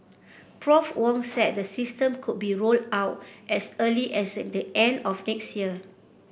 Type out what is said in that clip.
Prof Wong said the system could be rolled out as early as the end of next year